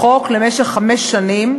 לחוק, למשך חמש שנים,